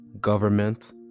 government